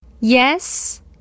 Yes